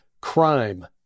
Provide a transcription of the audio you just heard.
crime